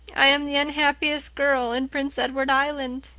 i am the unhappiest girl in prince edward island.